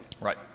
Right